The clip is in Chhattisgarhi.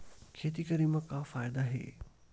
खेती करे म का फ़ायदा हे?